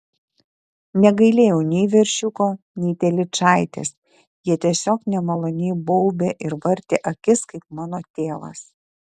negailėjau nei veršiuko nei telyčaitės jie tiesiog nemaloniai baubė ir vartė akis kaip mano tėvas